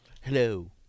Hello